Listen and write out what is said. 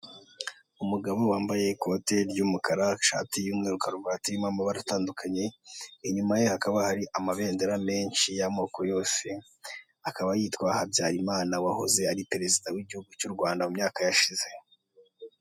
Umugabo wambaye ikote ry'umukara ishati y'umweru karuvati irimo aratandukanye, inyuma ye hakaba hari amabendera menshi y'amoko yose, akaba yitwa habyarimana wahoze ari perezida w'igihugu cy'u rwanda mu myaka yashize.